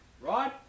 Right